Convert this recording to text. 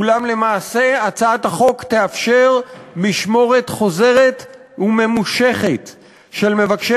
אולם למעשה הצעת החוק תאפשר משמורת חוזרת וממושכת של מבקשי